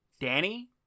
Danny